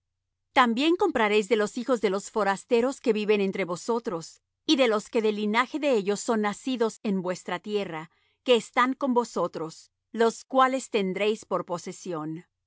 también compraréis de los hijos de los forasteros que viven entre vosotros y de los que del linaje de ellos son nacidos en vuestra tierra que están con vosotros los cuales tendréis por posesión